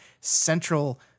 central